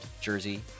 jersey